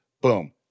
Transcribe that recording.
Boom